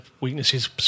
weaknesses